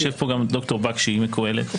יושב פה גם ד"ר בקשי מקהלת,